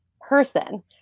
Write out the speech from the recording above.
person